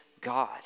God